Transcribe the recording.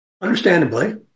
understandably